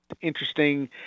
interesting